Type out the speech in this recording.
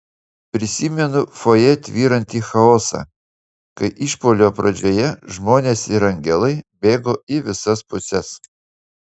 prisimenu fojė tvyrantį chaosą kai išpuolio pradžioje žmonės ir angelai bėgo į visas puses